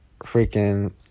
freaking